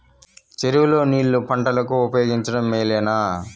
చెరువు లో నీళ్లు పంటలకు ఉపయోగించడం మేలేనా?